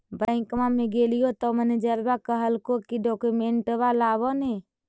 बैंकवा मे गेलिओ तौ मैनेजरवा कहलको कि डोकमेनटवा लाव ने?